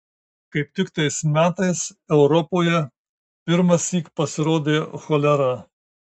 kaip tik tais metais europoje pirmąsyk pasirodė cholera